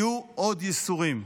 יהיו עוד ייסורים.